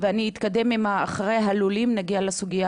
ואני אתקדם אחרי הלולים ונגיע לסוגיה